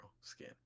skin